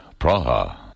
Praha